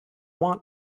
want